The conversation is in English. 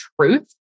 truth